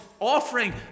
offering